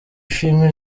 shimwe